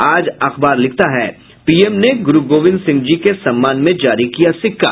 आज अखबार लिखता है पीएम ने गुरू गोविंद सिंह जी के सम्मान में जारी किया सिक्का